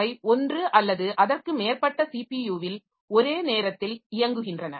அவை ஒன்று அல்லது அதற்கு மேற்பட்ட ஸிபியுவில் ஒரே நேரத்தில் இயங்குகின்றன